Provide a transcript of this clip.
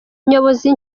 nyobozi